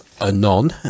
Anon